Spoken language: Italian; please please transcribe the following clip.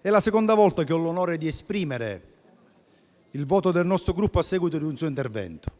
è la seconda volta che ho l'onore di esprimere il voto del nostro Gruppo a seguito di un suo intervento